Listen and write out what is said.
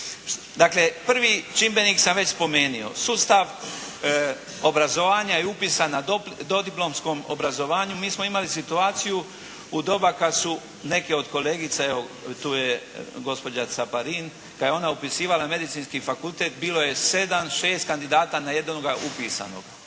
Dakle prvi čimbenik sam već spomenuo, sustav obrazovanja i upisa na dodiplomskom obrazovanju mi smo imali situaciju u doba kad su neke od kolegica, evo tu je gospođa Caparin, kad je ona upisivala Medicinski fakultet bilo je 7, 6 kandidata na jednoga upisanog.